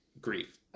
grief